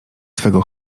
twego